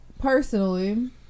Personally